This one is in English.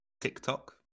TikTok